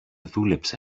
δούλεψε